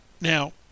Now